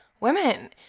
women